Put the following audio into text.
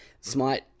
Smite